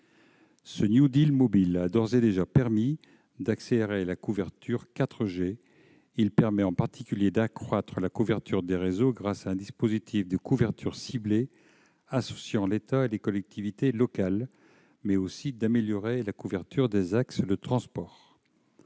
Ce mobile a d'ores et déjà permis d'accélérer la couverture 4G ; il permet en particulier d'accroître la couverture des réseaux grâce à un dispositif de couverture ciblée associant l'État et les collectivités locales, mais aussi d'améliorer la couverture des axes de transport.